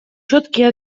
четкий